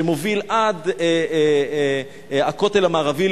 שמובילות עד הכותל המערבי,